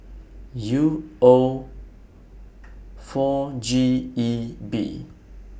U O four G E B